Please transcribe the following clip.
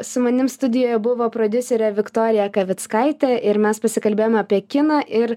su manim studijoje buvo prodiuserė viktorija akavickaitė ir mes pasikalbėjome apie kiną ir